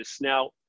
Now